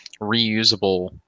reusable